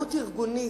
כתרבות ארגונית.